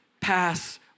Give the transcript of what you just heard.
pass